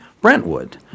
Brentwood